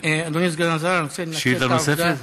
אדוני סגן השר, שאילתה נוספת?